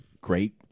great